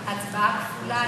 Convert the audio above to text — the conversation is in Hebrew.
ההנחיות.